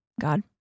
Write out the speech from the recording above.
God